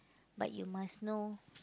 but you must know